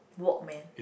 walk man